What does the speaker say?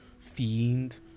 fiend